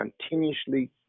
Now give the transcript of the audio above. continuously